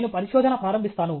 నేను పరిశోధన ప్రారంభిస్తాను